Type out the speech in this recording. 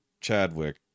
chadwick